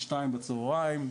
שתיים בצהריים,